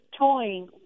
toying